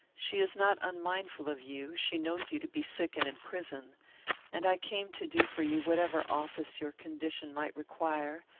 she is not unmindful of you she knows you to be sick and in prison and i came to do for you whatever office your condition might require,